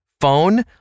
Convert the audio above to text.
phone